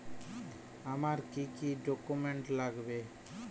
আমার কি কি ডকুমেন্ট লাগবে?